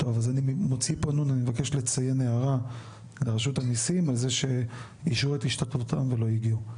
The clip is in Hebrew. אני מבקש לציין הערה לרשות המיסים על זה שאישרו את השתתפותם ולא הגיעו.